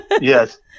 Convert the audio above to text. Yes